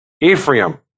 Ephraim